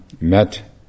met